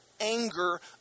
anger